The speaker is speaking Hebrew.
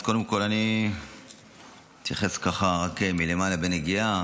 אז קודם כול אני אתייחס ככה רק מלמעלה בנגיעה,